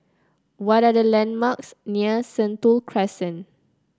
what are the landmarks near Sentul Crescent